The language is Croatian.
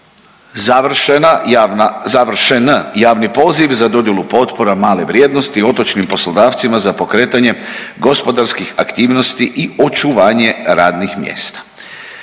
završen javni poziv za dodjelu potpora male vrijednosti otočnim poslodavcima za pokretanje gospodarskih aktivnosti i očuvanje radnih mjesta.